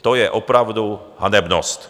To je opravdu hanebnost.